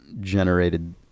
generated